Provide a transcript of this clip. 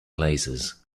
lasers